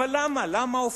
אבל למה?